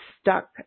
stuck